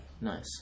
Nice